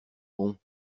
bon